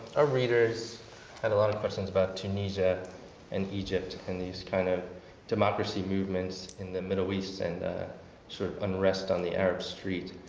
ah readers had a lot of questions about tunisia and egypt and these kind of democracy movements in the middle east and ah sort of unrest on the arab street.